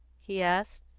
he asked,